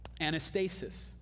Anastasis